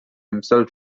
himself